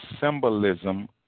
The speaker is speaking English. symbolism